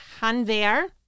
Hanver